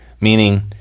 Meaning